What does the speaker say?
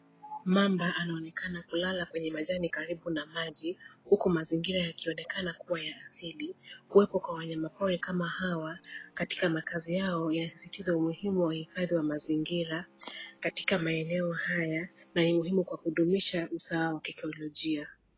Mamba anaonekana kulala kwenye majani karibu na maji huku mazingira yakionekana kuwa ya asili. Kuwepo kwa wanyamapori kama hawa katika makazi yao yakisisitiza umuhimu wa uhifadhi wa mazingira katika maeneo haya na yenye muhimu kwa kudumisha usawa wa kiekolojia.